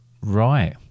Right